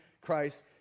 christ